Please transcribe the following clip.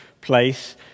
place